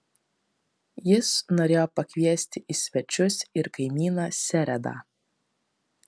jis norėjo pakviesti į svečius ir kaimyną seredą